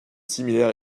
similaires